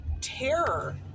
terror